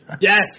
Yes